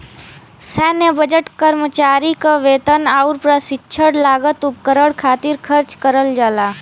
सैन्य बजट कर्मचारी क वेतन आउर प्रशिक्षण लागत उपकरण खातिर खर्च करल जाला